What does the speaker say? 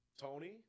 tony